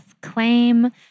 Claim